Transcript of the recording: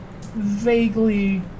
vaguely